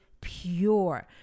pure